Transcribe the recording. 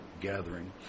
gathering